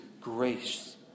grace